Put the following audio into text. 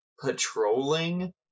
patrolling